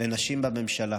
לנשים בממשלה,